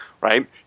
right